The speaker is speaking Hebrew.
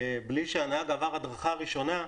בלי שהנהג עבר הדרכה ראשונה,